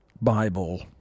Bible